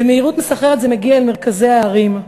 במהירות מסחררת זה מגיע למרכזי הערים.